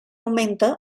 augmenta